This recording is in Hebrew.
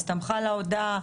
הסתמכה על ההודעה,